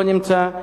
לא נמצא.